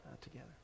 together